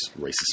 racist